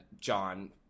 john